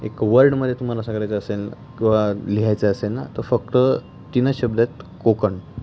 एक वर्डमध्ये तुम्हाला सागल्याचं असेल किंवा लिहायचं असेल ना तर फक्त तिनंच शब्द आहेत कोकण